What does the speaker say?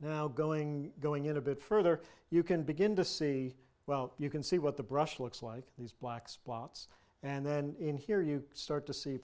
now going going in a bit further you can begin to see well you can see what the brush looks like these black spots and then in here you start to see